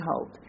hope